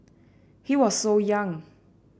he was so young